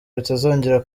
bitazongera